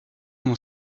mon